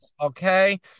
Okay